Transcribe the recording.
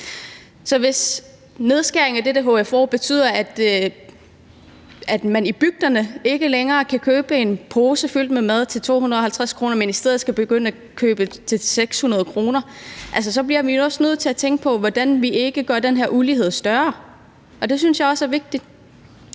Så hvis nedskæringerne på heavy fuel oil betyder, at man i bygderne ikke længere kan købe en pose fyldt med mad til 250 kr., men i stedet skal begynde at købe mad til 600 kr., så bliver vi også nødt til at tænke på, hvordan vi ikke gør uligheden større – det synes jeg også er vigtigt.